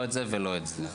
לא את זה ולא את זה,